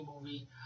movie